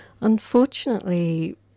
Unfortunately